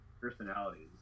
personalities